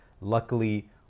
luckily